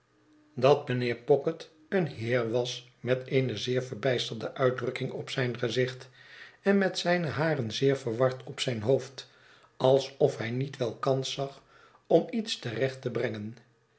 dat mijnheer pocket een heer was met eene zeer verbijsterde uitdrukking op zijn gezicht en met zijneharen zeer yerward op zijn hoofd alsof hij niet wel kans zag om iets te recht te brengen